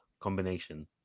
combination